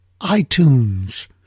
iTunes